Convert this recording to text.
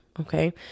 okay